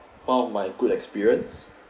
one of my good experience